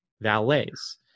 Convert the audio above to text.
valets